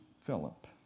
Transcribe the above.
Philip